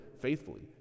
faithfully